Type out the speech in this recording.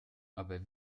aber